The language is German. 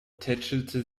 tätschelte